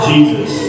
Jesus